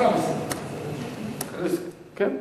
כן.